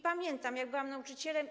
Pamiętam, jak byłam nauczycielem.